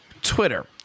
Twitter